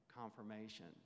confirmation